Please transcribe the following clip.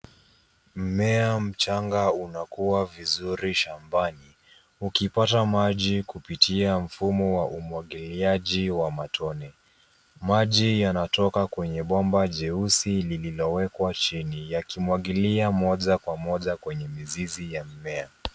Mmea mchanga unakua vizuri shambani ukipata maji kupitia mfumo wa umwagiliaji wa matone. Maji yanatoka kwenye bomba jeusi lililowekwa chini yakimwagilia moja kwa moja kwenye mizizi ya mimea.